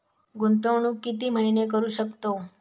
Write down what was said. गुंतवणूक किती महिने करू शकतव?